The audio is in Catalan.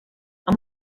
amb